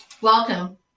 welcome